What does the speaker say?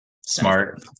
Smart